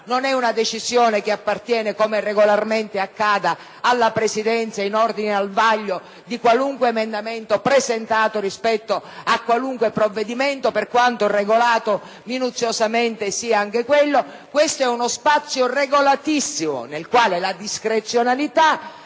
non è una decisione che appartiene, come regolarmente accade, alla Presidenza in ordine al vaglio di qualunque emendamento presentato rispetto a qualunque provvedimento, per quanto regolato minuziosamente. Quello in questione è uno spazio regolatissimo, nel quale la discrezionalità,